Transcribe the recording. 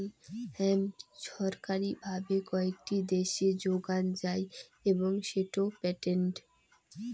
hemp ছরকারি ভাবে কয়েকটি দ্যাশে যোগান যাই এবং সেটো পেটেন্টেড